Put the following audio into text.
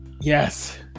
Yes